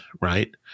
Right